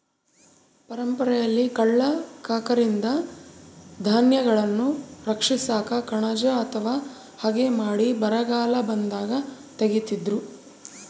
ಪರಂಪರೆಯಲ್ಲಿ ಕಳ್ಳ ಕಾಕರಿಂದ ಧಾನ್ಯಗಳನ್ನು ರಕ್ಷಿಸಾಕ ಕಣಜ ಅಥವಾ ಹಗೆ ಮಾಡಿ ಬರಗಾಲ ಬಂದಾಗ ತೆಗೀತಿದ್ರು